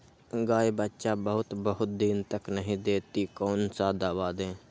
गाय बच्चा बहुत बहुत दिन तक नहीं देती कौन सा दवा दे?